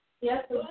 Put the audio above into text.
Yes